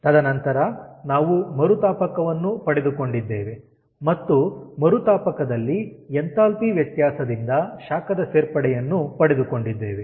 ತದನಂತರ ನಾವು ಮರುತಾಪಕವನ್ನು ಪಡೆದುಕೊಂಡಿದ್ದೇವೆ ಮತ್ತು ಮರುತಾಪಕದಲ್ಲಿ ಎಂಥಾಲ್ಪಿ ವ್ಯತ್ಯಾಸದಿಂದ ಶಾಖದ ಸೇರ್ಪಡೆಯನ್ನು ಪಡೆದುಕೊಂಡಿದ್ದೇವೆ